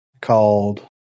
called